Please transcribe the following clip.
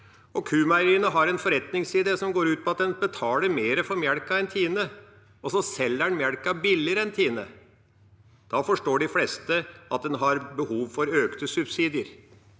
Q-Meieriene har en forretningsidé som går ut på at en betaler mer for melka enn Tine, og så selger en melka billigere enn Tine. Da forstår de fleste at en har behov for økte subsidier.